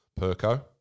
Perco